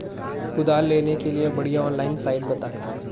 कुदाल लेने के लिए बढ़िया ऑनलाइन साइट बतायें?